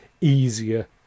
easier